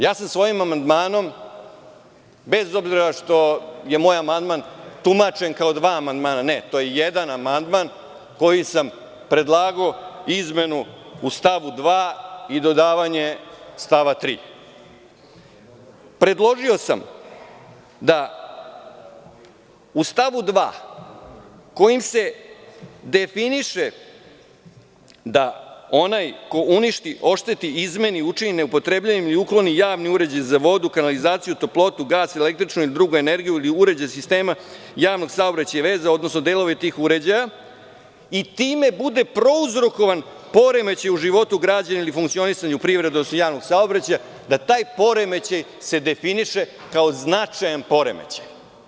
Ja sam svojim amandmanom, bez obzira što je moj amandman tumačen kao dva amandmana, to je jedan amandman kojim sam predlagao izmenu u stavu 2. i dodavanje stava 3, predložio sam da u stavu 2, kojim se definiše da onaj ko uništi, ošteti, izmeni, učini neupotrebljivim ili ukloni javni uređaj za vodu, kanalizaciju, toplotu, gas, električnu ili drugu energiju ili uređaje sistema javnog saobraćaja i veza, odnosno delove tih uređaja, i time bude prouzrokovan poremećaj u životu građana ili funkcionisanju privrede, odnosno javnog saobraćaja, da taj poremećaj se definiše kao značajan poremećaj.